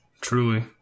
truly